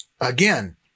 Again